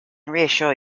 reassure